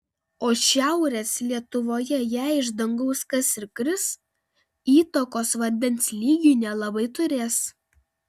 o šiaurės lietuvoje jei iš dangaus kas ir kris įtakos vandens lygiui nelabai turės